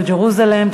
to Jerusalem,